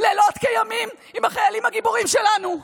לילות כימים עם החיילים הגיבורים שלנו.